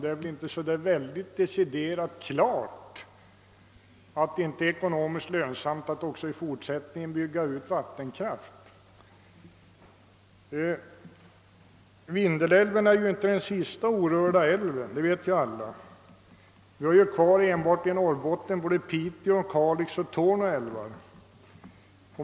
Det är väl inte deciderat klart att det inte är ekonomiskt lönsamt att också i fortsättningen bygga ut vattenkraften. Vindelälven är inte den sista orörda älven. Det vet alla. Enbart i Norrbotten har vi kvar såväl Pite älv som Kalix älv och Torne älv.